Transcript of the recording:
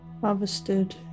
Harvested